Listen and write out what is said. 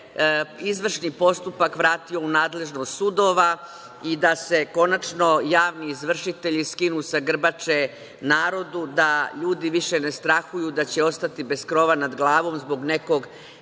izvršni postupak vratio u nadležnost sudova i da se konačno javni izvršitelji skinu sa grbače narodu, da ljudi više ne strahuju da će ostati bez krova nad glavom zbog nekog